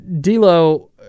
D'Lo